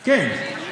כן.